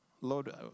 Lord